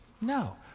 No